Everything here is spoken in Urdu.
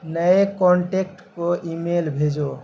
نئے کونٹیکٹ کو ای میل بھیجو